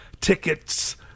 tickets